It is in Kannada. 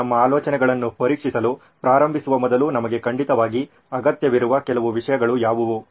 ನಮ್ಮ ಆಲೋಚನೆಗಳನ್ನು ಪರೀಕ್ಷಿಸಲು ಪ್ರಾರಂಭಿಸುವ ಮೊದಲು ನಮಗೆ ಖಂಡಿತವಾಗಿ ಅಗತ್ಯವಿರುವ ಕೆಲವು ವಿಷಯಗಳು ಯಾವುವು